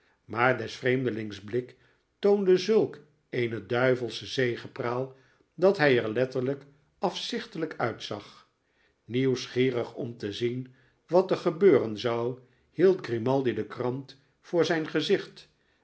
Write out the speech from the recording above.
maar des vreemdelings blik toonde zulk eene duivelsche zegepraal dat hij er letterlijk afzichtelijk uitzag nieuwsgierig om te zien wat er gebeuren zou hield grimaldi de krant voor zijn gezicht